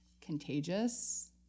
contagious